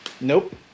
Nope